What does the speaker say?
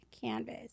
canvas